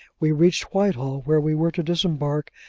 we reached whitehall, where we were to disembark,